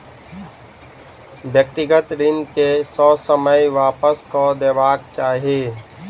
व्यक्तिगत ऋण के ससमय वापस कअ देबाक चाही